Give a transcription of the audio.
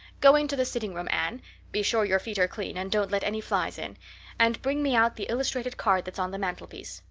go into the sitting room, anne be sure your feet are clean and don't let any flies in and bring me out the illustrated card that's on the mantelpiece.